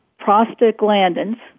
prostaglandins